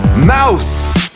mouse